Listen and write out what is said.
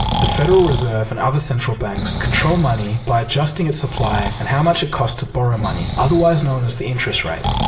the federal reserve and other central banks control money by adjusting its supply and how much it costs to borrow money, otherwise known as the interest rate.